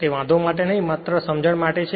તે વાંધો માટે નહી પરંતુ માત્ર સમજણ માટે છે